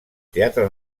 teatre